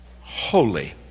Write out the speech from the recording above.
Holy